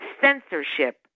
censorship